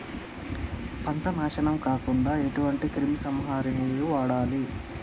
పంట నాశనం కాకుండా ఎటువంటి క్రిమి సంహారిణిలు వాడాలి?